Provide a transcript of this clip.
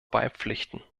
beipflichten